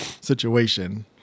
situation